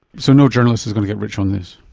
so no journalist is going to get rich on this.